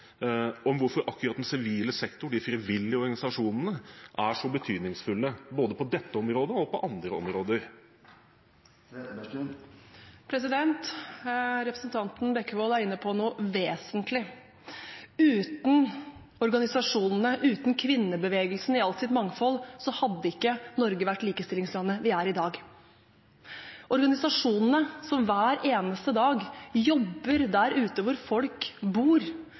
om hvorfor akkurat den sivile sektor, de frivillige organisasjonene, er så betydningsfull både på dette området og på andre områder? Representanten Bekkevold er inne på noe vesentlig. Uten organisasjonene, uten kvinnebevegelsen i alt sitt mangfold, hadde ikke Norge vært det likestillingslandet vi er i dag. Organisasjonene som hver eneste dag jobber der ute hvor folk bor